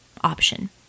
option